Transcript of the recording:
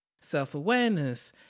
self-awareness